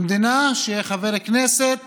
במדינה שבה חבר כנסת